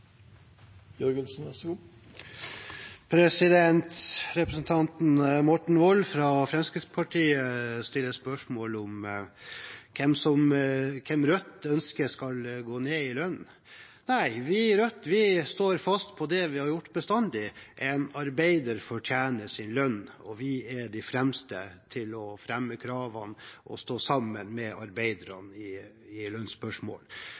ønsker skal gå ned i lønn. Vi i Rødt står fast på det vi har gjort bestandig, at en arbeider fortjener sin lønn, og vi er de fremste til å fremme kravene til og stå sammen med arbeiderne i lønnsspørsmål.